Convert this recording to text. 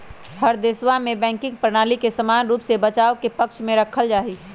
हर देशवा में बैंकिंग प्रणाली के समान रूप से बचाव के पक्ष में रखल जाहई